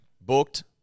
Booked